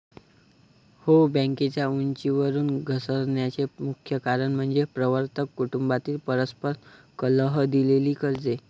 हो, बँकेच्या उंचीवरून घसरण्याचे मुख्य कारण म्हणजे प्रवर्तक कुटुंबातील परस्पर कलह, दिलेली कर्जे